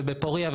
בפוריה ובסורוקה,